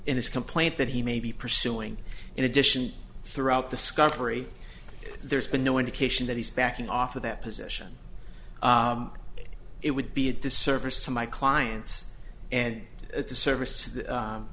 in this complaint that he may be pursuing in addition throughout the scot free there's been no indication that he's backing off of that position it would be a disservice to my clients and at the service